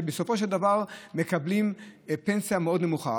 כך שבסופו של דבר מקבלים פנסיה מאוד נמוכה.